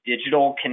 digital